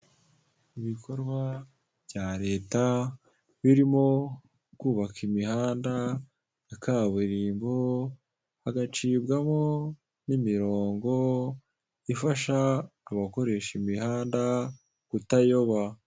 Ibikorwa bya leta birimo kubaka imihanda, ya kaburimbo hagacibwamo n'imirongo ifasha abakoresha imihanda kutayoba.